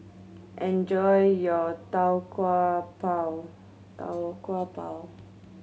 enjoy your Tau Kwa Pau Tau Kwa Pau